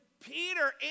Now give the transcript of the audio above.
Peter